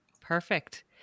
Perfect